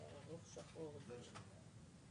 זה כל מה שמעניין אתכם.